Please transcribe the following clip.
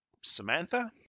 Samantha